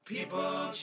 People